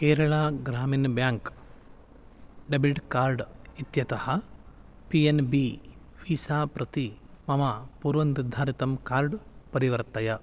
Kerala Gramin bank debit card इत्यतः P N B Visa प्रति मम पूर्वनिर्धारितं कार्ड् परिवर्तय